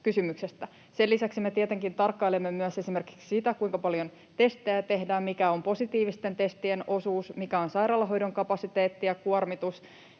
me tietenkin tarkkailemme myös esimerkiksi sitä, kuinka paljon testejä tehdään, mikä on positiivisten testien osuus, mikä on sairaalahoidon kapasiteetti ja kuormitus,